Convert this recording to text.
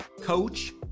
coach